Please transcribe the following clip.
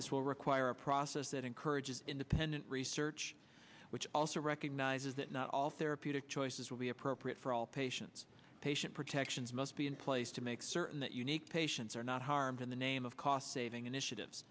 this will require a process that encourages independent research which also recognizes that not all therapeutic choices will be appropriate for all patients patient protections must be in place to make certain that unique patients are not harmed in the name of cost saving initiatives